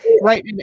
right